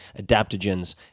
adaptogens